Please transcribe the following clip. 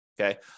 okay